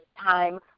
time